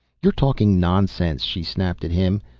you're talking nonsense, she snapped at him.